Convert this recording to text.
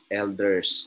elders